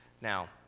now